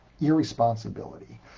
irresponsibility